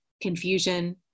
confusion